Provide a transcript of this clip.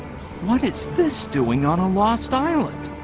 what it's this doing on a lost island